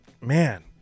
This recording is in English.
man